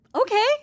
okay